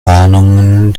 warnungen